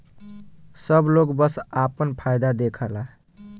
सब लोग बस आपन फायदा देखला